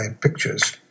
pictures